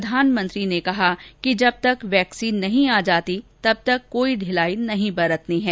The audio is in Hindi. प्रधानमंत्री ने कहा कि जब तक वैक्सीन नहीं आ जाती तब तक कोई ढिलाई नहीं बरतनी है